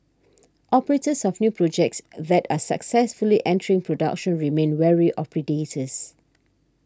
operators of new projects that are successfully entering production remain wary of predators